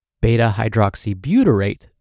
beta-hydroxybutyrate